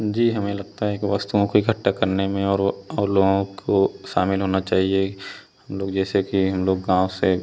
जी हमें लगता है कि वस्तुओं को इकट्ठा करने में और वह और लोगों को शामिल होना चाहिए हम लोग जैसे कि हम लोग गाँव से